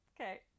Okay